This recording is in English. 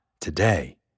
today